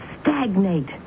stagnate